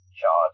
charge